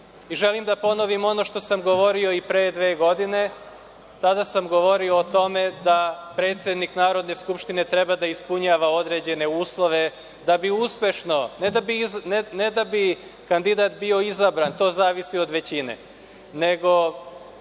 i želim da ponovim ono što sam govorio i pre dve godine, tada sam govorio o tome da predsednik Narodne skupštine treba da ispunjava određene uslove da bi uspešno, ne da bi kandidat bio izabran, to zavisi od većine, nego